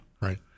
Right